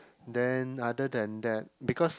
then other than that because